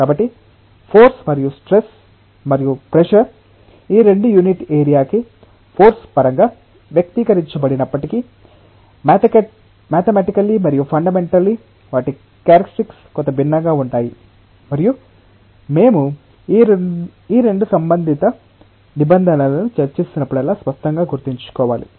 కాబట్టి ఫోర్స్ మరియు స్ట్రెస్ మరియు ప్రెషర్ ఈ రెండూ యూనిట్ ఏరియాకి ఫోర్స్ పరంగా వ్యక్తీకరించబడినప్పటికీ మ్యాథెమటికెల్లి మరియు ఫండమెంటల్లీ వాటి క్యారెక్టర్స్టిక్స్ కొంత భిన్నంగా ఉంటాయి మరియు మేము ఈ 2 సంబంధిత నిబంధనలను చర్చిస్తున్నప్పుడల్లా స్పష్టంగా గుర్తుంచుకోవాలి